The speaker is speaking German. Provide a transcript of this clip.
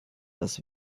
las